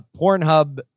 Pornhub